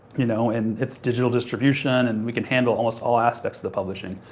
you know, and it's digital distribution and we can handle almost all aspects of the publishing.